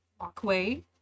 walkway